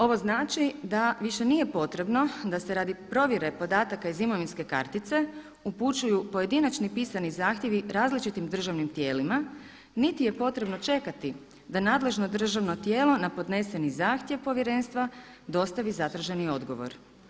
Ovo znači da više nije potrebno da se radi provjere podataka iz imovinske kartice upućuju pojedinačni pisani zahtjevi različitim državnim tijelima, niti je potrebno čekati da nadležno državno tijelo na podneseni zahtjev povjerenstva dostavi zadržani odgovor.